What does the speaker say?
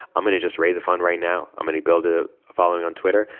i'm going to just raise a fund right now. i'm going to build a following on twitter.